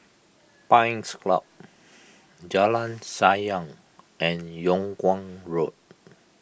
Pines Club Jalan Sayang and Yung Kuang Road